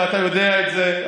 ואתה יודע את זה,